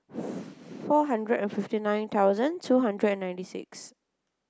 four hundred and fifty nine thousand two hundred and ninety six